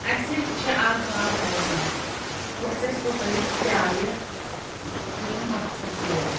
اسہِ چھِ اَکھ گاو گَھرَس منٛز یۄس اسہِ اوترَے پیایہِ یٔمۍ وژھٕڑ ترٛٲو